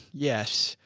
yes.